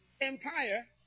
empire